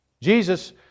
Jesus